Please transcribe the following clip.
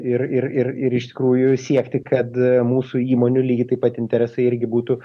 ir ir ir ir iš tikrųjų siekti kad mūsų įmonių lygiai taip pat interesai irgi būtų